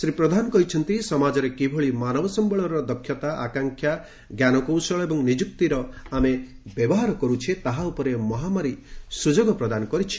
ଶ୍ରୀ ପ୍ରଧାନ କହିଛନ୍ତି ସମାଜରେ କିଭଳି ମାନବ ସମ୍ଭଳର ଦକ୍ଷତା ଆକାଂକ୍ଷ ଞ୍ଜାନକୌଶଳ ଏବଂ ନିଯୁକ୍ତିର ଆମେ ବ୍ୟବହାର କରୁଛେ ତାହା ଉପରେ ମହାମାରୀ ସ୍ୱଯୋଗ ପ୍ରଦାନ କରିଛି